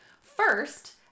first